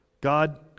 God